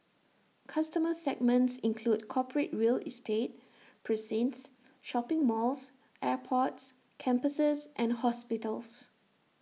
customer segments include corporate real estate precincts shopping malls airports campuses and hospitals